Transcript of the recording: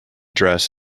dress